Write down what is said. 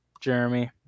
Jeremy